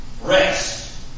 rest